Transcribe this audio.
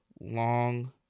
long